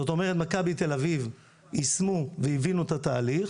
זאת אומרת מכבי תל אביב יישמו והבינו את התהליך.